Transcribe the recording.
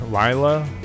Lila